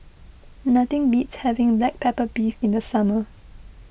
nothing beats having Black Pepper Beef in the summer